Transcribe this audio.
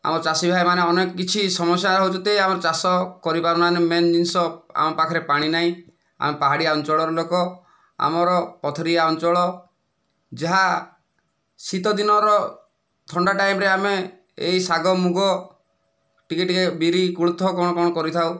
ଆମ ଚାଷୀ ଭାଇମାନେ ଅନେକ କିଛି ସମସ୍ୟାରେ ରହୁଛନ୍ତି ଆମର୍ ଚାଷ କରି ପାରୁନାହାନ୍ତି ମେନ୍ ଜିନିଷ ଆମ ପାଖରେ ପାଣି ନାହିଁ ଆମେ ପାହାଡ଼ିଆ ଅଞ୍ଚଳର ଲୋକ ଆମର ପଥୁରିଆ ଅଞ୍ଚଳ ଯାହା ଶୀତ ଦିନର ଥଣ୍ଡା ଟାଇମରେ ଆମେ ଏଇ ଶାଗ ମୁଗ ଟିକିଏ ଟିକିଏ ବିରି କୋଳଥ କ'ଣ କ'ଣ କରିଥାଉ